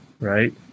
right